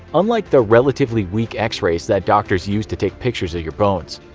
unlike the relatively weak x-rays that doctors use to take pictures of your bones.